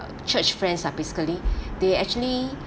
church friends ah basically they actually